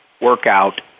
workout